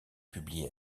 publiée